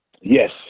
Yes